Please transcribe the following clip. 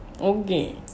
Okay